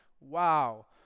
Wow